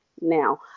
Now